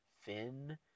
Finn